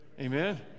Amen